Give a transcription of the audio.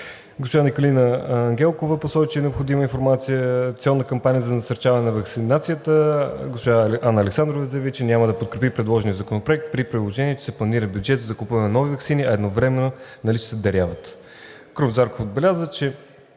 Госпожа Николина Ангелкова посочи, че е необходима информационна кампания за насърчаване на ваксинацията. Госпожа Анна Александрова заяви, че няма да подкрепи предложения законопроект, при положение че се планира бюджет за закупуване на нови ваксини, а едновременно наличните се даряват. Господин Крум Зарков отбеляза, че